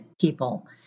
people